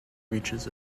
reaches